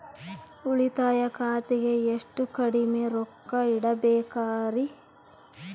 ಉಳಿತಾಯ ಖಾತೆಗೆ ಎಷ್ಟು ಕಡಿಮೆ ರೊಕ್ಕ ಇಡಬೇಕರಿ?